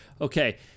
Okay